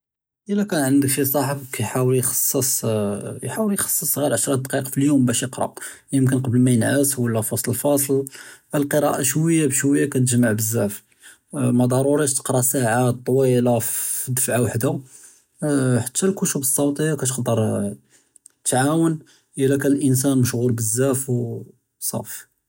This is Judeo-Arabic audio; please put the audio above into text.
אִלָּא כָּאן עַנְדְּכּ שִׁי צַ'חְבּ כֵּיַחַאוּל יְחַסֵּص יְחַאוּל יְחַסֵּص גִּ'ר עַשַר דִּקַאיְּק פִּי אֶלְיוֹם בַּאש יְקְּרָא יְמְכֶּן קְבֵּל מַא יִנְעַס וְלָא פִי וְסְט אֶלְפַאסְל אֶלְקִרְאַא שְׁוַיַא בְּשׁוַיַא כִּתְגַ'מַּע בְּזַאף מַדְרוּרִיש יִקְרָא שָׁעָה טְוִילָה פַּף דַּפַּעַה וַחְדָה חַתָּא אֶלְכֻּתּוּב אֶלְסּוּטִּיַּה כְּתַקְּדַּר תְּעַוֵּן אִלָּא כָּאן אֶלְאִנְסָאן מְשְׁغּוּל בְּזַאף וְصָאֳפִי.